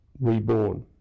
reborn